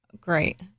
great